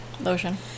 Lotion